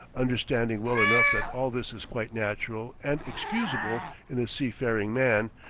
understanding well enough that all this is quite natural and excusable in a sea-faring man,